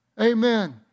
Amen